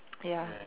ya